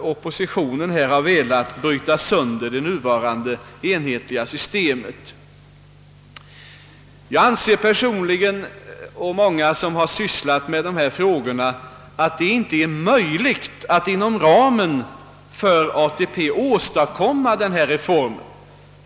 oppositionen velat man skall bryta sönder det nuvarande enhetliga systemet. Jag anser personligen i likhet med många som har sysslat med dessa frågor att det inte är möjligt att inom ramen för ATP åstadkomma denna reform.